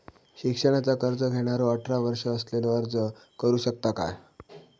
शिक्षणाचा कर्ज घेणारो अठरा वर्ष असलेलो अर्ज करू शकता काय?